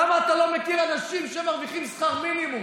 כמה אתה לא מכיר אנשים שמרוויחים שכר מינימום.